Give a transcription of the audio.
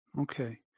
Okay